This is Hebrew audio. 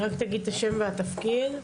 בבקשה.